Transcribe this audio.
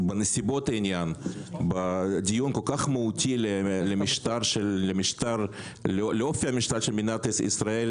בנסיבות העניין בדיון כל כך מהותי לאופי המשטר של מדינת ישראל,